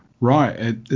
Right